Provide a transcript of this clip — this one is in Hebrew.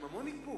עם המון איפוק,